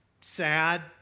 sad